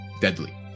deadly